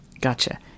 gotcha